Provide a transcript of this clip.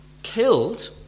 Killed